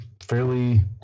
fairly